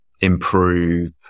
improve